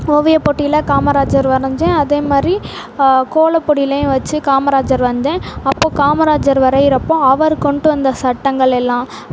ஓவியப்போட்டியில காமராஜர் வரஞ்சேன் அதேமாதிரி கோலப்பொடிலையும் வச்சு காமராஜர் வந்தேன் அப்போ காமராஜர் வரையுறப்போ அவர் கொண்டு வந்த சட்டங்கள் எல்லாம்